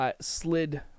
slid